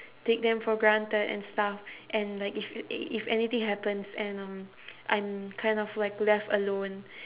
take them for granted and stuff and like if if anything happens and um I'm kind of like left alone